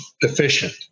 efficient